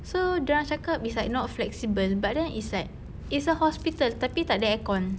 so dia orang cakap it's like not flexible but then it's like it's a hospital tapi tak ada aircon